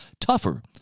tougher